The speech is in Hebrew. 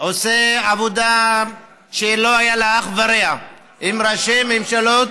עושה עבודה שלא היה לה אח ורע עם ראשי ממשלות.